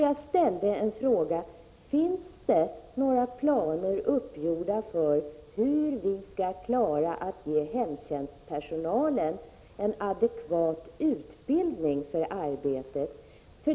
Jag ställde en fråga: Finns det några planer uppgjorda för hur vi skall klara att ge hemtjänstpersonalen en adekvat utbildning för arbetet?